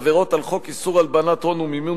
עבירות על חוק איסור הלבנת הון ומימון